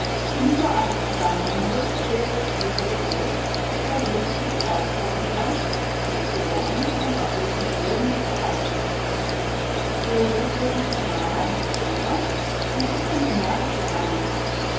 als zusammenhängendes der bisherige bericht der lediglich aufzeigen soll wie ich geworden und auf welchem boden ich gewachsen bin der weg wird nun schmaler und bestimmter die richtung energischer sein müssen